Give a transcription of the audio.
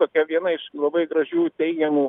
tokia viena iš labai gražių teigiamų